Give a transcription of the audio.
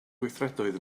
gweithredoedd